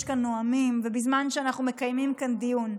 כאן נואמים ובזמן שאנחנו מקיימים כאן דיון.